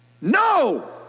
No